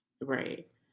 Right